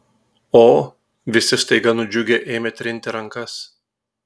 o visi staiga nudžiugę ėmė trinti rankas